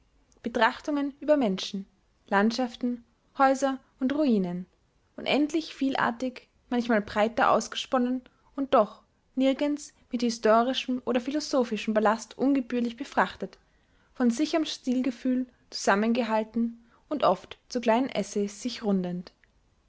betrachtungen über menschen landschaften häuser und ruinen unendlich vielartig manchmal breiter ausgesponnen und doch nirgends mit historischem oder philosophischem ballast ungebührlich befrachtet von sicherm stilgefühl zusammengehalten und oft zu kleinen essays sich rundend